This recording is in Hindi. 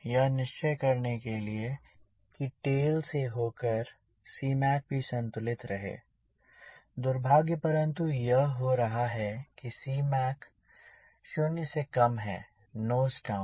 यह निश्चय करने के लिए कि टेल से होकर मैं Cmac भी संतुलित रहे दुर्भाग्य परंतु यह हो रहा है कि Cmac 0 से कम है नोज डाउन